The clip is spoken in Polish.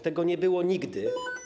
Tego nie było nigdy.